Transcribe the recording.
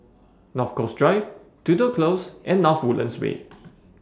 North Coast Drive Tudor Close and North Woodlands Way